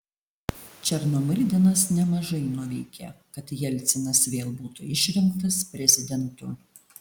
černomyrdinas nemažai nuveikė kad jelcinas vėl būtų išrinktas prezidentu